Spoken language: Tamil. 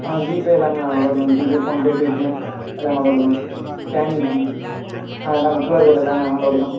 ஆ ஜிபே எல்லாம் allowed ma'am GPay PhonePe Paytm எல்லாம் அலவுட் மேம் ஸ்கேனிங் தான் மேம் ஆ எல்லாம் கியூஆர் கோடு எல்லாம் அலவுடு தான் மேம்